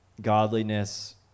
godliness